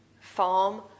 farm